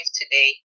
today